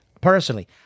personally